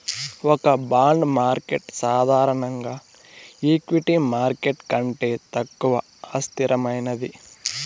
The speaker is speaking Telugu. ఒక బాండ్ మార్కెట్ సాధారణంగా ఈక్విటీ మార్కెట్ కంటే తక్కువ అస్థిరమైనది